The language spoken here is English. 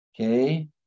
Okay